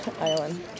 island